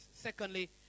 Secondly